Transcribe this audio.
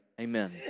Amen